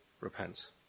repent